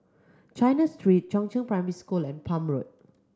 China Street Chongzheng Primary School and Palm Road